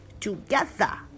together